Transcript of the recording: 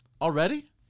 Already